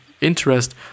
interest